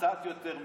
קצת יותר ממך.